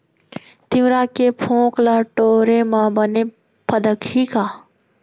तिंवरा के फोंक ल टोरे म बने फदकही का?